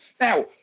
Now